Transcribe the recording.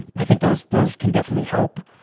and i think those those can definitely help.